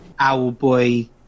Owlboy